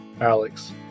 Alex